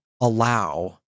allow